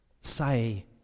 say